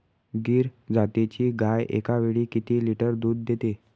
गीर जातीची गाय एकावेळी किती लिटर दूध देते?